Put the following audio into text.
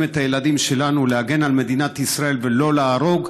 את הילדים שלנו להגן על מדינת ישראל ולא להרוג,